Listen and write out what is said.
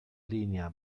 linea